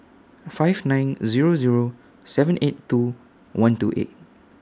five nine Zero Zero seven eight two one two eight